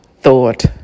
thought